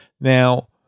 now